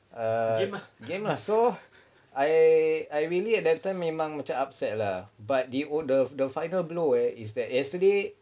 err game lah so I I really at that time memang macam upset lah but the oh the final blow right is that yesterday